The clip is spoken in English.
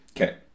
Okay